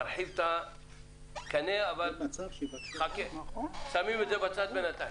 מרחיב את הקנה, אבל שמים את זה בצד בינתיים.